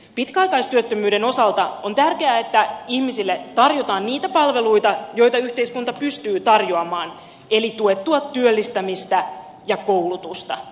pitkäaikaistyöttömyyden osalta on tärkeää että ihmisille tarjotaan niitä palveluita joita yhteiskunta pystyy tarjoamaan eli tuettua työllistämistä ja koulutusta